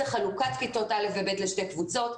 חלוקת כיתות א'-ב' לשתי קבוצות,